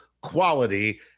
Quality